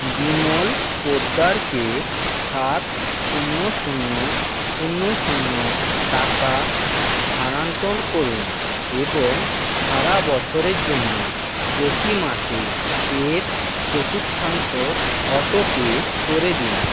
বিমল পোদ্দারকে সাত শূন্য শূন্য শূন্য শূন্য টাকা স্থানান্তর করুন এবং সারা বছরের জন্য প্রতি মাসে এর চতুর্থাংশ অটোপে করে দিন